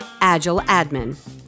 AgileAdmin